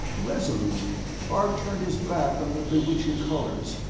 resolutely, bart turned his back on the bewitching colors,